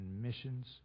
missions